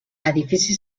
edifici